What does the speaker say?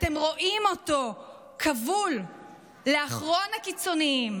אתם רואים אותו כבול לאחרון הקיצוניים.